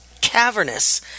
cavernous